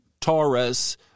Taurus